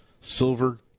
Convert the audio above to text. silver